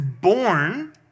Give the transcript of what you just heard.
born